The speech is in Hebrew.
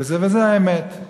וזו האמת.